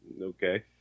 okay